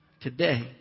Today